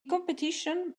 competition